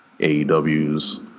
AEW's